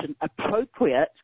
appropriate